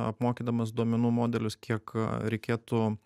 apmokydamas duomenų modelius kiek reikėtų